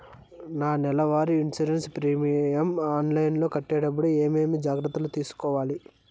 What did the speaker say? నా నెల వారి ఇన్సూరెన్సు ప్రీమియం ఆన్లైన్లో కట్టేటప్పుడు ఏమేమి జాగ్రత్త లు తీసుకోవాలి?